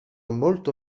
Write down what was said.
molto